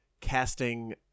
casting